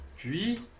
Puis